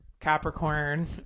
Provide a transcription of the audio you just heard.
capricorn